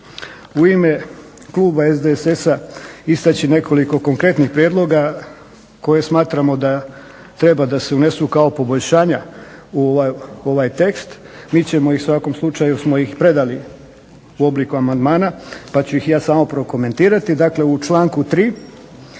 u ime kluba SDSS-a istaći nekoliko konkretnih prijedloga koje smatramo da treba da se unesu kao poboljšanja u ovaj tekst. Mi ćemo ih u svakom slučaju smo ih predali u obliku amandmana, pa ću ih ja samo prokomentirati. Dakle, u članku 3.